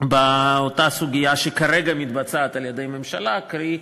באותה סוגיה שכרגע מתבצעת על-ידי הממשלה, קרי,